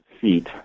feet